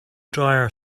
dryer